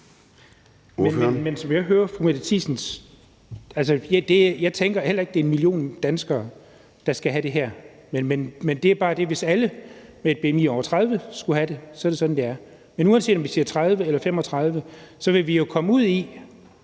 tænker jeg heller ikke, at det er 1 million danskere, der skal have det her. Men det er bare det, at hvis alle med et bmi over 30 skulle have det, er det sådan, det er. Men uanset om vi siger 30 eller 35, vil vi jo komme ud i,